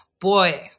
boy